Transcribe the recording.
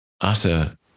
utter